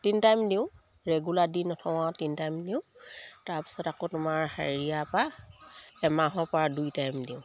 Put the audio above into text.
তিন টাইম দিওঁ ৰেগুলাৰ দি নথওঁ তিন টাইম দিওঁ তাৰপিছত আকৌ তোমাৰ হেৰিয়াপা এমাহৰ পৰা দুই টাইম দিওঁ